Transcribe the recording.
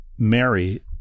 Mary